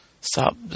stop